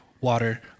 water